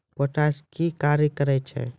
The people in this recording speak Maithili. पोटास का क्या कार्य हैं?